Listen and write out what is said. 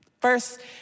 first